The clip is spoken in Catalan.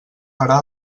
farà